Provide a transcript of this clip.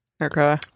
Okay